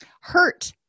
Hurt